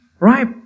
Right